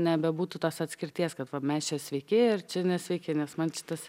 nebebūtų tos atskirties kad va mes čia sveiki ir čia nesveiki nes man šitas